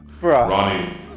Ronnie